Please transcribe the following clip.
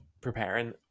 preparing